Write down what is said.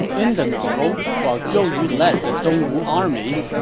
in the novel, while zhou yu led the dongwu army,